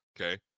Okay